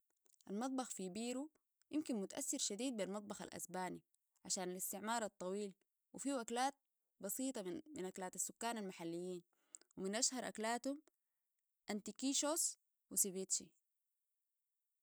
المطبخ في بيرو يمكن متأثر شديد بالمطبخ الأسباني عشان الاستعمار الطويل وفيه أكلات بسيطة من أكلات السكان المحليين ومن أشهر أكلاتهم أنتيكيشوس وسبيتشي